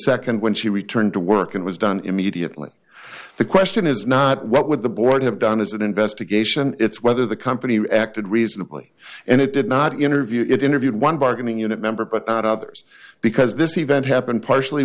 second when she returned to work it was done immediately the question is not what would the board have done as an investigation it's whether the company acted reasonably and it did not interview it interviewed one bargaining unit member but others because this event happened partially